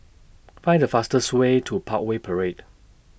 Find The fastest Way to Parkway Parade